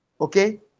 okay